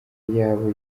yabo